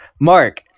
Mark